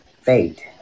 fate